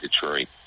Detroit